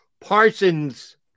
Parsons